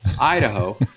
Idaho